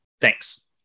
Thanks